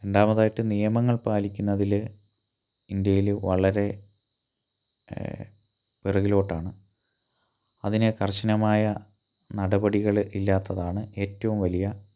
രണ്ടാമതായിട്ട് നിയമങ്ങൾ പാലിക്കുന്നതിൽ ഇന്ത്യയിൽ വളരെ പിറകിലോട്ടാണ് അതിന് കർശനമായ നടപടികൾ ഇല്ലാത്തതാണ് ഏറ്റവും വലിയ